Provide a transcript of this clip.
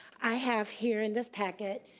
i have here in this packet,